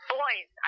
boys